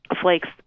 Flake's